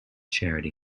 charity